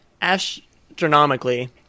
Astronomically